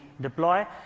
deploy